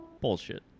Bullshit